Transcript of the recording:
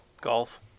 Golf